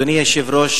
אדוני היושב-ראש,